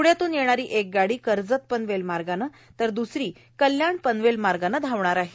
पण्यातन येणारी एक गाडी कर्जत पनवेल मार्गानं तर एक गाडी कल्याण पनवेल मार्गानं धावणार आहे